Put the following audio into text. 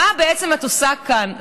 מה בעצם את עושה כאן?